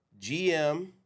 GM